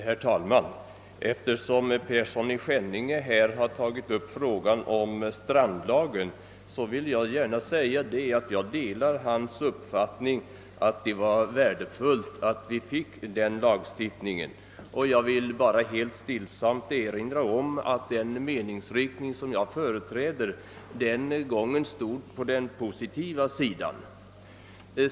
Herr talman! Eftersom herr Persson i Skänninge har tagit upp frågan om strandlagen vill jag gärna förklara, att jag delar hans uppfattning att det var värdefullt att vi fick denna lagstiftning. Jag vill också helt stillsamt erinra om att den meningsriktning som jag företräder när den infördes stod på den positiva sidan.